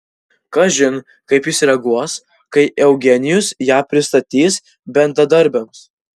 kažin kaip jis reaguos kai eugenijus ją pristatys bendradarbiams